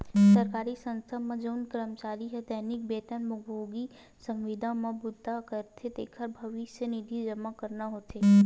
सरकारी संस्था म जउन करमचारी ह दैनिक बेतन भोगी, संविदा म बूता करथे तेखर भविस्य निधि जमा करना होथे